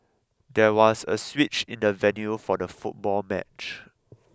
there was a switch in the venue for the football match